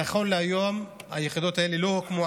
נכון להיום, היחידות האלה לא הוקמו.